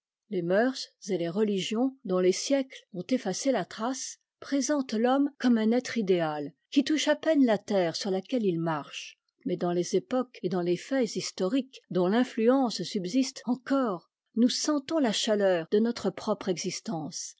les moeurs et les religions dont les siècles ont effacé la trace présentent l'homme comme un être idéal qui touche à peine la terre sur laquelle il marche mais dans les époques et dans les faits historiques dont l'influence subsiste encore nous sentons la chaleur de notre propre existence